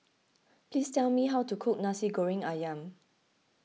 please tell me how to cook Nasi Goreng Ayam